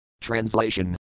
Translation